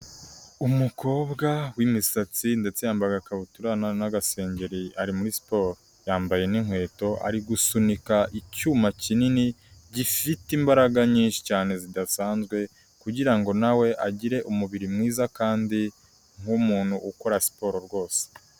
Umukobwa w’imisatsi ndetse yambaye agakabutura n'agasengeri ari muri siporo, yambaye n’inkweto ari gusunika icyuma kinini gifite imbaraga nyinshi cyane zidasanzwe, kugira ngo nawe agire umubiri mwiza kandi nk’umuntu ukora siporo rwose.